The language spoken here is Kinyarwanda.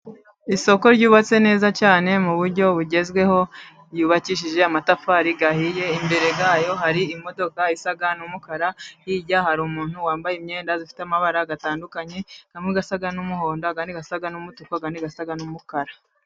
Isoko ryubatse neza cyane muburyo bugezweho, ryubakishije amatafari ahiye, imbere ya yo hari imodoka isa n'umukara, hirya hari umuntu wambaye imyenda ifite amabara atandukanye, amwe asag n'umuhondo, andi asa n'umutuku, andi asa n'umukara.